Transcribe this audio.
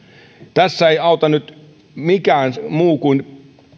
tässä ei auta nyt mikään muu kuin